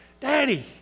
Daddy